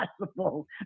possible